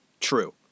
true